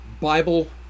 Bible